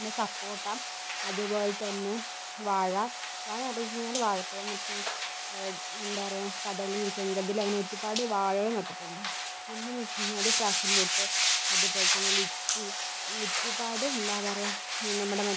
പിന്നെ സപ്പോട്ട അതുപോലെ തന്നെ വാഴ വാഴ നട്ട് വെച്ച് കഴിഞ്ഞാൽ വാഴപ്പഴം എന്താ പറയുക കദളി ചെങ്കദളി അങ്ങനെ ഒരുപാട് വാഴകൾ നട്ടിട്ടുണ്ട് പിന്നെയെന്ന് വെച്ച് കഴിഞ്ഞാൽ പാഷൻ ഫ്രൂട്ട് അതുപോലെ തന്നെ ലിച്ചി ഒരുപാട് എന്താ പറയുക നമ്മുടെ മറ്റേ